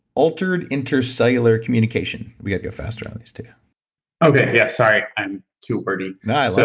altered intercellular communication. we got to go faster on these two okay. yeah sorry i'm too wordy. and so